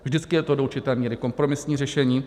Vždycky je to do určité míry kompromisní řešení.